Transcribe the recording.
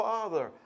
Father